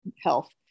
health